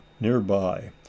nearby